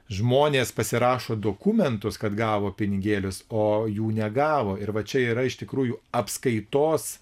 žmonės pasirašo dokumentus kad gavo pinigėlius o jų negavo ir va čia yra iš tikrųjų apskaitos